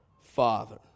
Father